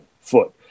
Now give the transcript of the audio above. foot